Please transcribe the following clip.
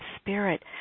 spirit